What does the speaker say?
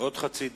עוד חצי דקה.